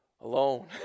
alone